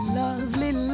lovely